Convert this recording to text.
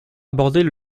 aborder